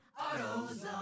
AutoZone